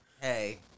Hey